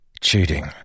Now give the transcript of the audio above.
Cheating